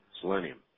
Selenium